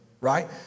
Right